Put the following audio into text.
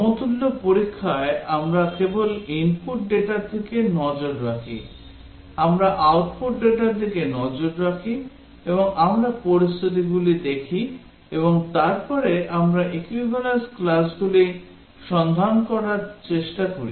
সমতুল্য পরীক্ষায় আমরা কেবল ইনপুট ডেটার দিকে নজর রাখি আমরা আউটপুট ডেটার দিকে নজর রাখি এবং আমরা পরিস্থিতিগুলি দেখি এবং তারপরে আমরা equivalence classগুলি সন্ধান করার চেষ্টা করি